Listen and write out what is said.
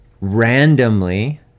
randomly